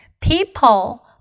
people